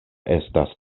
estas